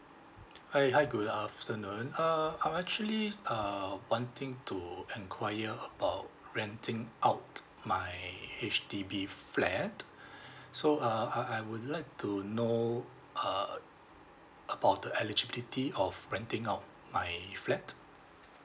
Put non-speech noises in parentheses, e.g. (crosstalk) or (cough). hi hi good afternoon uh I'm actually uh wanting to inquire about renting out my H_D_B flat (breath) so uh I I would like to know uh about the eligibility of renting out my flat